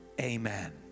Amen